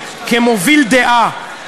כמוביל דעה,